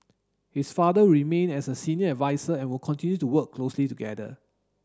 his father will remain as a senior adviser and will continue to work closely together